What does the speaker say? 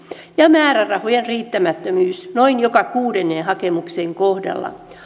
ja määrärahojen riittämättömyys noin joka kuudennen hakemuksen kohdalla